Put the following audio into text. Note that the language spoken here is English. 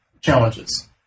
challenges